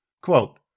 Quote